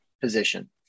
position